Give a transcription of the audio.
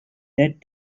that